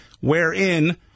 wherein